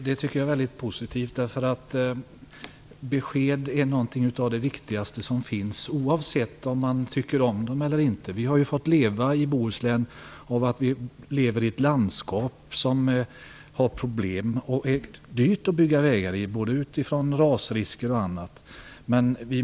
Fru talman! Jag tycker att det är mycket positivt. Besked är något av det viktigaste som finns oavsett om man tycker om dem eller inte. Vi i Bohuslän lever ju i ett landskap som har problem och där det är dyrt att bygga vägar. Det finns rasrisker och annat.